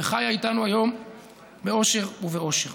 והיא חיה איתנו היום באושר ובעושר.